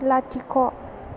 लाथिख'